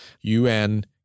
UN